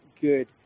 good